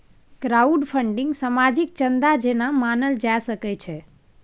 crowdfunding सामाजिक चन्दा जेना मानल जा सकै छै